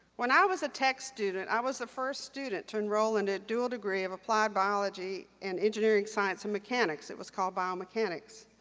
when i was a tech student, i was the first student to enroll in a dual degree of applied biology and engineering science and mechanics. it was called bio mechanics.